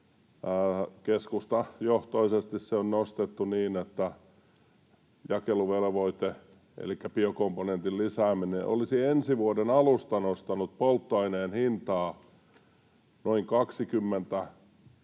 keskustajohtoisesti sitä on nostettu niin, että jakeluvelvoite, elikkä biokomponentin lisääminen, olisi ensi vuoden alusta nostanut polttoaineen hintaa noin 23 senttiä